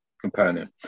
component